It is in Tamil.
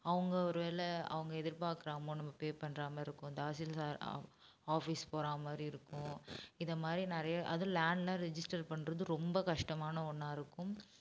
அவங்க ஒருவேளை அவங்க எதிர்பார்க்குற அமௌண்ட் நம்ம பே பண்ணுறா மாதிரி இருக்கும் தாசில்தார் ஆ ஆஃபீஸ் போகறா மாதிரி இருக்கும் இதை மாதிரி நிறைய அதுவும் லேண்ட்லாம் ரிஜிஸ்டர் பண்ணுறது ரொம்ப கஷ்டமான ஒன்னாக இருக்கும்